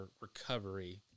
recovery